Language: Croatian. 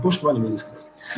Poštovani ministre.